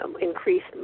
increased